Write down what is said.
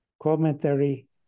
Commentary